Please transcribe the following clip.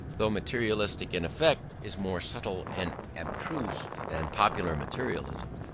though materialistic in effect, is more subtle and abstruse than popular materialism,